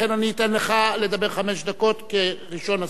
לכן אני אתן לך לדבר חמש דקות, כראשון הסיעה.